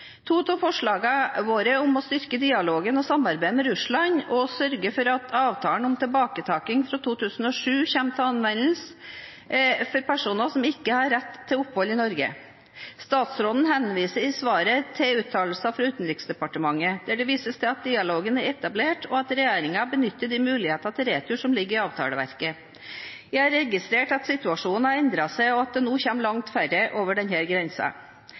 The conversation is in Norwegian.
To av forslagene våre var å styrke dialogen og samarbeidet med Russland og å sørge for at avtalen om tilbaketaking fra 2007 kommer til anvendelse for personer som ikke har rett til opphold i Norge. Statsråden henviser i svaret til uttalelser fra Utenriksdepartementet der det vises til at dialogen er etablert, og at regjeringen benytter de muligheter til retur som ligger i avtaleverket. Jeg har registrert at situasjonen har endret seg, og at det nå kommer langt færre over